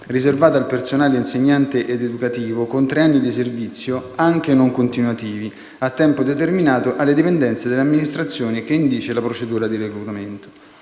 riservate al personale insegnante ed educativo, con tre anni di servizio, anche non continuativi, a tempo determinato alle dipendenze dell'amministrazione che indice le procedure di reclutamento.